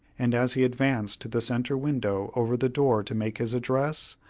and as he advanced to the centre window over the door to make his address,